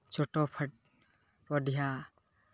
ᱪᱚᱴᱴᱚ ᱯᱟᱫᱽᱫᱷᱟᱭ